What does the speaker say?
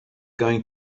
going